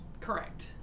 Correct